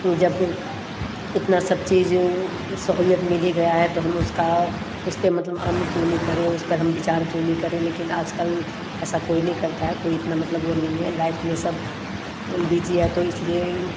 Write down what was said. जब इतना सब चीज सहूलियत मिल ही गया है तो हम उसका उसपे मतलब अम्ल क्यों नहीं करें उस पर हम विचार क्यूँ नहीं करें लेकिन आजकल ऐसा कोई नहीं करता है कोई इतना मतलब वो नहीं है लाइफ में सब बिजी हैं तो इसलिए